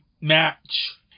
match